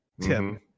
Tim